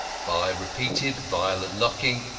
by repeated violent knocking,